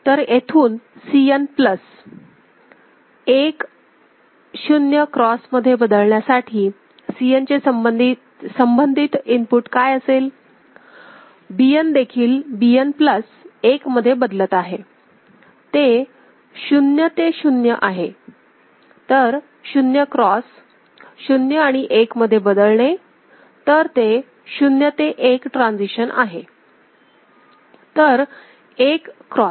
तर येथून Cn plus 1 0 क्रॉसमध्ये बदलण्यासाठी Cnचे संबंधित इनपुट काय असेल Bn देखील Bn प्लस 1 मध्ये बदलत आहे ते 0 ते 0 आहे तर 0 क्रॉस 0 आणि 1 मध्ये बदलणे तर ते 0 ते 1 ट्रान्सिशन आहे तर 1 क्रॉस